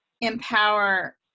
empower